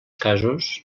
casos